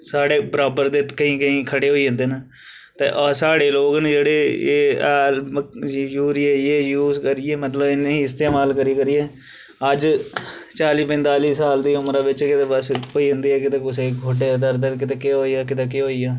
साढ़े बराबर दे केंई केईं खड़े होई जंदे ना ते साढ़े लोक ना जेहड़े ओह् हैल यूरिया एह् यूज करियै मतलब इ'नेंगी इस्तेमाल करी करी अज्ज चाली पंजताली साल दी उमरा बिच गै ते बस होई जंदे कुसै गी गोड़े गी दर्द ते कुसे गी केह् होई गेया ते कंदे केह् होई गया